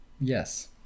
yes